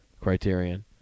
Criterion